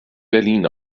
berlin